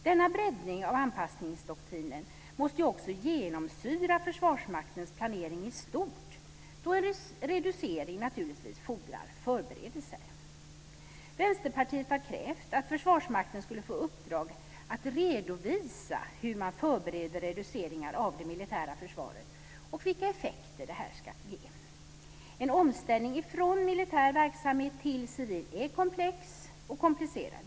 Denna breddning av anpassningsdoktrinen måste också genomsyra Försvarsmaktens planering i stort då en reducering naturligtvis fordrar förberedelser. Vänsterpartiet har krävt att Försvarsmakten ska få i uppdrag att redovisa hur man förbereder reduceringar av det militära försvaret och vilka effekter detta ska ge. En omställning från militär verksamhet till civil är komplex och komplicerad.